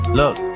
look